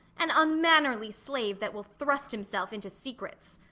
an unmannerly slave that will thrust himself into secrets!